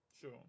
sure